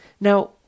Now